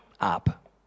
up